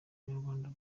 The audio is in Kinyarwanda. abanyarwanda